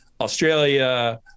Australia